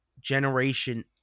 generation